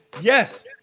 yes